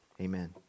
Amen